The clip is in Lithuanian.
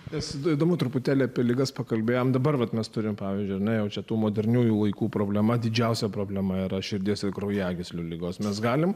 nes įdomu truputėlį apie ligas pakalbėjome dabar vat mes turime pavyzdžiui nujaučia tų moderniųjų laikų problema didžiausia problema yra širdies ir kraujagyslių ligos mes galime